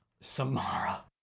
Samara